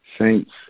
Saints